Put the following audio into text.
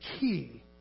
key